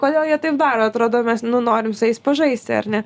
kodėl jie taip daro atrodo mes nu norim su jais pažaisti ar ne